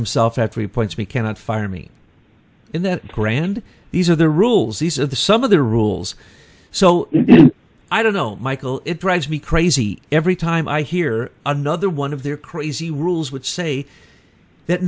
himself at three points me cannot fire me in that grand these are the rules these are the some of the rules so i don't know michel it drives me crazy every time i hear another one of their crazy rules would say that